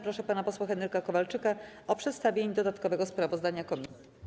Proszę pana posła Henryka Kowalczyka o przedstawienie dodatkowego sprawozdania komisji.